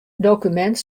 dokumint